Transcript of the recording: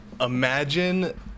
imagine